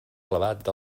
elevat